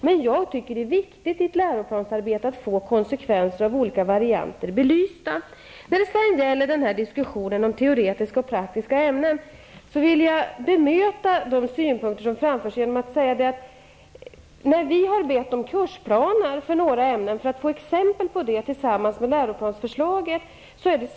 Men jag tycker att det är viktigt att i ett läroplansarbete få konsekvenser av olika varianter belysta. När det sedan gäller diskussionen om teoretiska och praktiska ämnen vill jag bemöta de synpunkter som har framförts. Vi har bett om exempel på kursplaner för svenska, matematik och fysik tillsammans med läroplansförslaget.